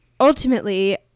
Ultimately